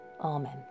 Amen